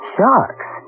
Sharks